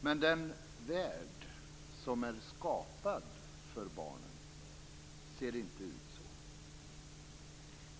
Men den värld som är skapad för barnen ser inte ut så.